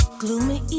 gloomy